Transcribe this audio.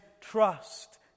trust